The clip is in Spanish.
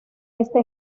este